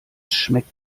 schmeckt